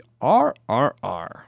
RRR